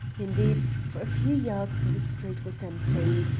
indeed, for a few yards the street was empty.